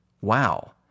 Wow